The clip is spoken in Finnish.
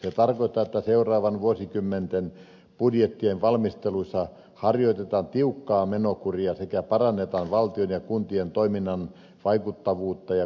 se tarkoittaa että seuraavien vuosikymmenten budjettien valmisteluissa harjoitetaan tiukkaa menokuria sekä parannetaan valtion ja kuntien toiminnan vaikuttavuutta ja kustannustehokkuutta